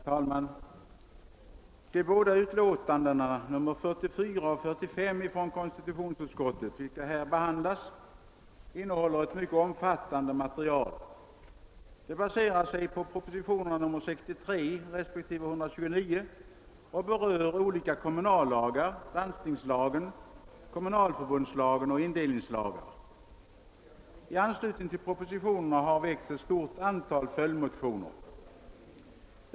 Herr talman! De båda utlåtandena 44 och 45 från konstitutionsutskottet vilka här behandlas innehåller ett mycket omfattande material. De baserar sig på propositionerna 63 respektive 129 och berör olika kommunallagar, landstingslagen, kommunalförbundslagen och indelningslagen. I anslutning till propositio nerna har ett stort antal följdmotioner väckts.